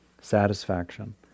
satisfaction